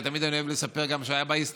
הרי תמיד אני אוהב לספר גם מה שהיה בהיסטוריה.